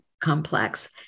complex